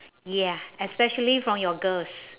ya especially from your girls